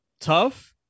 tough